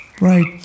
right